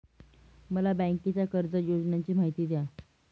मला बँकेच्या कर्ज योजनांची माहिती द्या